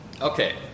Okay